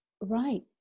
right